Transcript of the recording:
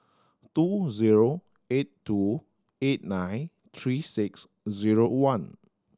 two zero eight two eight nine three six zero one